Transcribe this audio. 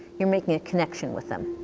you're making a connection with them.